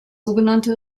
sogenannte